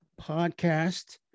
podcast